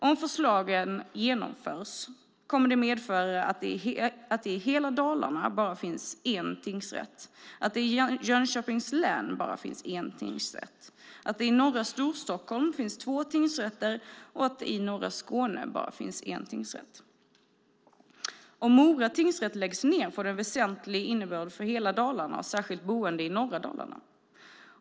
Om förslagen genomförs kommer de att medföra att det i hela Dalarna finns bara en tingsrätt, att det i Jönköpings län finns bara en tingsrätt, att det i norra Storstockholm finns två tingsrätter och att det i norra Skåne finns bara en tingsrätt. Om Mora tingsrätt läggs ned får detta en väsentlig innebörd för hela Dalarna och särskilt boende i norra Dalarna.